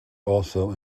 also